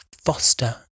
Foster